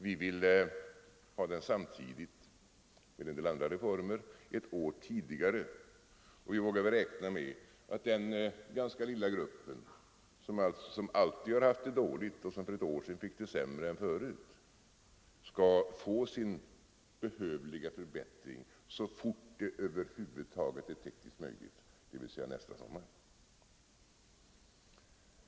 Vi vill ha den åtgärden genomförd samtidigt med en del andra reformer ett år tidigare. Vi vågar väl räkna med att denna ganska lilla grupp, som alltid haft det dåligt och som för ett år sedan fick det sämre än förut, skall få sin behövliga förbättring så snart som det över huvud taget är tekniskt möjligt, det vill säga nästa sommar.